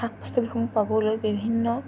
শাক পাচলিসমূহ পাবলৈ বিভিন্ন